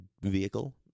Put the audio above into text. vehicle